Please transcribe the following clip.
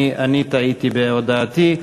אני טעיתי בהודעתי.